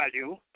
value